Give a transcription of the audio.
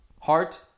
heart